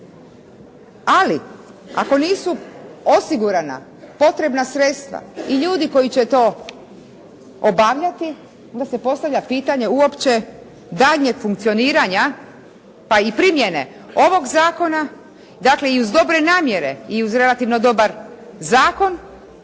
Ali ako nisu osigurana potrebna sredstva i ljudi koji će to obavljati, onda se postavlja pitanje uopće daljnjeg funkcioniranja pa i primjene ovog zakona. Dakle i uz dobre namjere i uz relativno dobar zakon